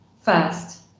first